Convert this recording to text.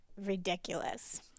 ridiculous